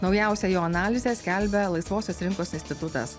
naujausią jo analizę skelbia laisvosios rinkos institutas